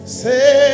say